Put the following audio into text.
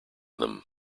them